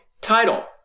title